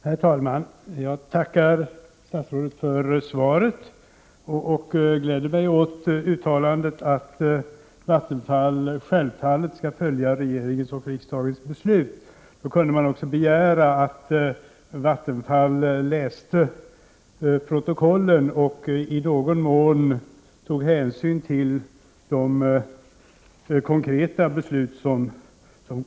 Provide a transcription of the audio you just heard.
Prot. 1988/89:21 Herr talman! Jag tackar statsrådet för svaret och gläder mig åt uttalandet 10 november 1988 att Vattenfall självfallet skall följa regeringens och riksdagens beslut. Då E 5 É Om koldioxidutsläppkunde man också begära att Vattenfall läste protokollen och i någon mån tog en vid användning av hänsyn till de konkreta beslut som kommer.